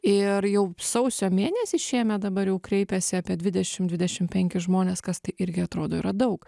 ir jau sausio mėnesį šiemet dabar jau kreipėsi apie dvidešim dvidešim penki žmonės kas tai irgi atrodo yra daug